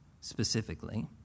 specifically